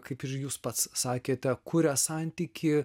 kaip ir jūs pats sakėte kuria santykį